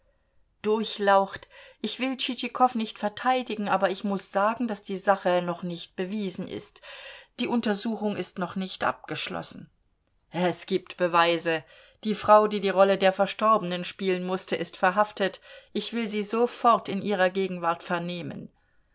durchlaucht ich will tschitschikow nicht verteidigen aber ich muß sagen daß die sache noch nicht bewiesen ist die untersuchung ist noch nicht abgeschlossen es gibt beweise die frau die die rolle der verstorbenen spielen mußte ist verhaftet ich will sie sofort in ihrer gegenwart vernehmen